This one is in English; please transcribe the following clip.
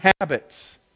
habits